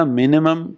minimum